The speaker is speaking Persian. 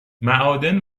معادن